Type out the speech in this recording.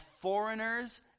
foreigners